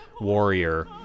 warrior